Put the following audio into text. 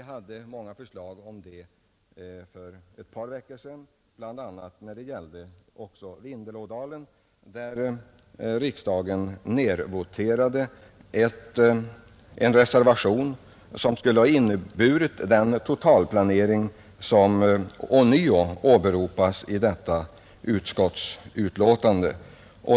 Vi hade många förslag härom för ett par veckor sedan, bl.a. när det gällde Vindelådalen, då en reservation nedröstades med knapp majoritet, som skulle ha inneburit den totalplanering som ånyo åberopas i detta utskottsbetänkande.